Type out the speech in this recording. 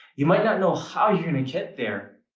you might not know how you're gonna get there,